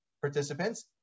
participants